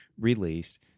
released